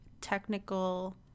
technical